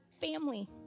family